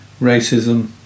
racism